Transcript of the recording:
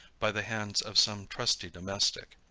by the hands of some trusty domestic.